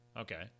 Okay